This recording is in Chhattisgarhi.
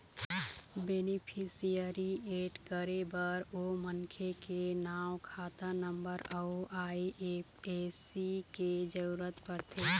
बेनिफिसियरी एड करे बर ओ मनखे के नांव, खाता नंबर अउ आई.एफ.एस.सी के जरूरत परथे